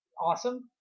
awesome